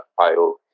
IO